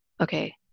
okay